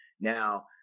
Now